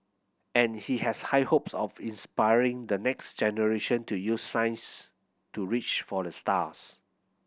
and he has high hopes of inspiring the next generation to use science to reach for the stars